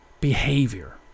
behavior